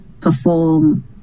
perform